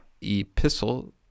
epistle